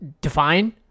Define